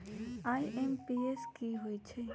IMPS की होईछइ?